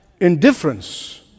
indifference